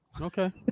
Okay